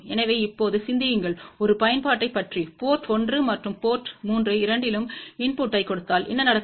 எனவே இப்போது சிந்தியுங்கள் ஒரு பயன்பாட்டைப் பற்றி போர்ட் 1 மற்றும் போர்ட் 3 இரண்டிலும் இன்புட்டைக் கொடுத்தால் என்ன நடக்கும்